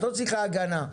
את לא צריכה הגנה.